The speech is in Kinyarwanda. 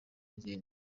n’izindi